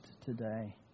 today